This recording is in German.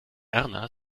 erna